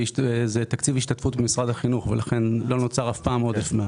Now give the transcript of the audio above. זה תקציב השתתפות במשרד החינוך ולכן אף פעם לא נוצר עודף.